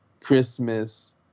Christmas